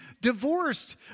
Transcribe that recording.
divorced